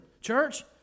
church